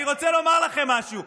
אני רוצה לומר לכם משהו,